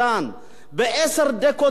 בעשר דקות דיון,